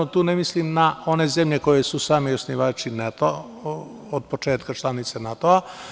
Tu ne mislim na one zemlje koje su sami osnivači NATO, od početka članice NATO.